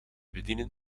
bedienen